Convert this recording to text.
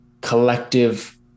collective